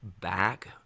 back